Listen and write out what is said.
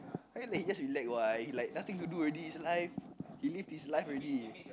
I mean like he just relax what he like nothing to do already his life he live his life already